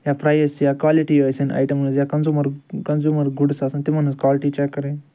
یا پرٛایِز چھِ یا کالِٹی ٲسِن آیٹَمٕز یا کنٛزیوٗمر کنٛزیوٗمر گُڈٕس آسَن تِمن ہٕنٛز کالٹی چَک کَرٕنۍ